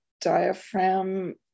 diaphragm